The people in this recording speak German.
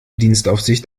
dienstaufsicht